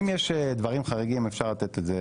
אם יש דברים חריגים, אפשר לתת את זה